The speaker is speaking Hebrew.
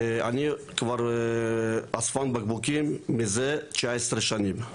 אני כבר אספן בקבוקים מזה 19 שנים.